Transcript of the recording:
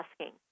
asking